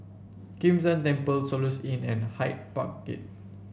Kim San Temple Soluxe Inn and Hyde Park Gate